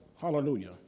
Hallelujah